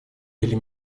или